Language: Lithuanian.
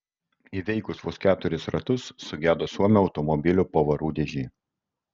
įveikus vos keturis ratus sugedo suomio automobilio pavarų dėžė